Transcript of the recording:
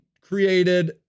created